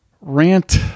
Rant